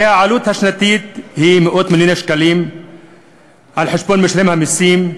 הרי העלות השנתית היא מאות-מיליוני שקלים על חשבון משלם המסים,